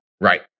Right